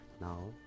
now